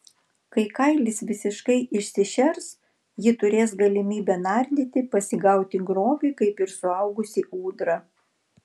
kai kailis visiškai išsišers ji turės galimybę nardyti pasigauti grobį kaip ir suaugusi ūdra